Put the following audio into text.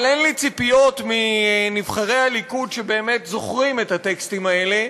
אבל אין לי ציפיות מנבחרי הליכוד שבאמת יזכרו את הטקסטים האלה,